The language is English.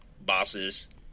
bosses